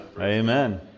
Amen